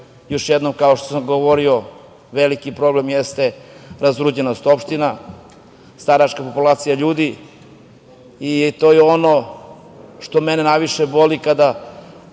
jednom, kao što sam govorio, veliki problem jeste razuđenost opština, staračka populacija ljudi. To je ono što mene najviše boli kada